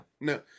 No